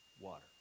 water